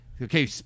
Okay